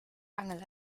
angel